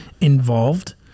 involved